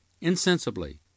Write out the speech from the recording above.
Insensibly